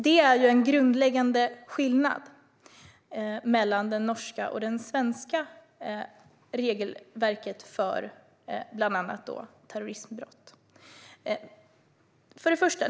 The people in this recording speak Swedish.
Det är en grundläggande skillnad mellan det norska och det svenska regelverket för bland annat terroristbrott.